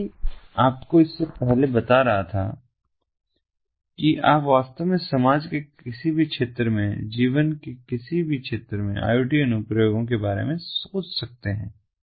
जैसा कि मैं आपको इससे पहले बता रहा था कि आप वास्तव में समाज के किसी भी क्षेत्र में जीवन के किसी भी क्षेत्र में IoT अनुप्रयोगों के बारे में सोच सकते हैं